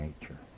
nature